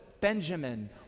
Benjamin